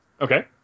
Okay